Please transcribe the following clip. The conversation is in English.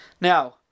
Now